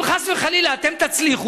אם חס וחלילה אתם תצליחו,